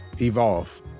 evolve